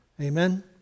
Amen